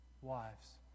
wives